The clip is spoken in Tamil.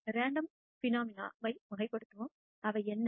எனவே ரேண்டம் நிகழ்வுகளை வகைப்படுத்துவோம் அவை என்ன